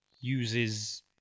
uses